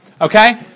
Okay